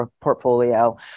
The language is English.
portfolio